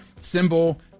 symbol